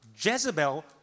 Jezebel